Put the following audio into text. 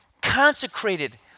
consecrated